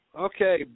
Okay